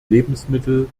lebensmittel